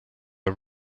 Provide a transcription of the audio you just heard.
are